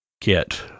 Kit